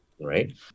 Right